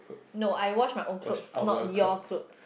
no I wash my own cloths not your cloth